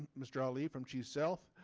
mr. ali from chief sealth.